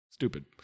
Stupid